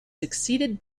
succeeded